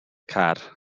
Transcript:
car